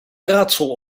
raadsel